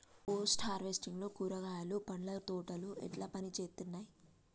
Post harvesting లో కూరగాయలు పండ్ల తోటలు ఎట్లా పనిచేత్తనయ్?